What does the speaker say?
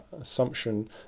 assumption